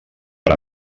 per